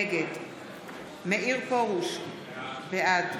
נגד מאיר פרוש, בעד